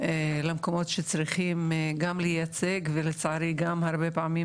למקומות שצריכים גם לייצג ולצערי גם הרבה פעמים